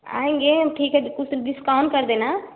आएँगे ठीक है कुछ डिस्काउंट कर देना